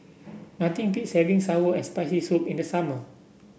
nothing beats having sour and Spicy Soup in the summer